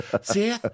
See